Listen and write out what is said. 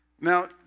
Now